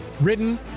written